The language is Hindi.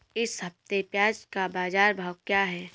इस हफ्ते प्याज़ का बाज़ार भाव क्या है?